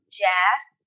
jazz